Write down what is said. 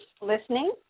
listening